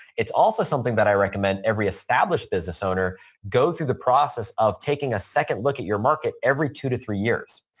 it's also something that i recommend every established business owner go through the process of taking a second look at your market every two to three years.